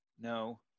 No